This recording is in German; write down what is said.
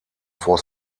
for